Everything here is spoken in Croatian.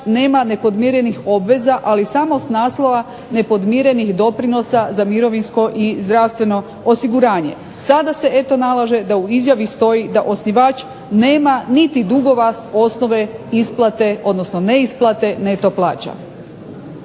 nema nepodmirenih obveza ali samo s naslova nepodmirenih doprinosa za mirovinsko i zdravstveno osiguranje. Sada se eto nalaže da u izjavi stoji da osnivač nema niti dugova s osnove isplate odnosno neisplate neto plaća.